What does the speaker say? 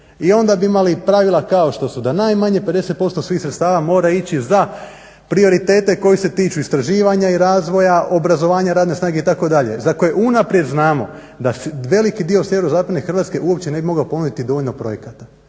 i onda bi imali pravila kao što su da najmanje 50% svih sredstava mora ići za prioritete koji se tiču istraživanja i razvoja, obrazovanja, radne snage itd. za koje unaprijed znamo da veliki dio sjeverozapadni Hrvatske uopće ne bi mogao ponuditi dovoljno projekata.